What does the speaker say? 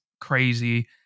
crazy